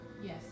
Yes